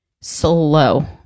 slow